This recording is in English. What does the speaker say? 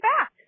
back